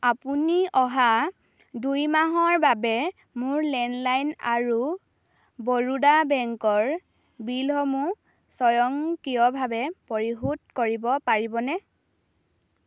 আপুনি অহা দুই মাহৰ বাবে মোৰ লেণ্ডলাইন আৰু বৰোদা বেংকৰ বিলসমূহ স্বয়ংক্ৰিয়ভাৱে পৰিশোধ কৰিব পাৰিবনে